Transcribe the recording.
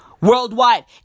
worldwide